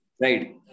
right